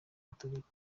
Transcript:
gatolika